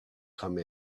come